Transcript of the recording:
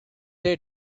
day